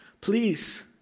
please